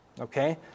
Okay